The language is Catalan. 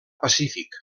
pacífic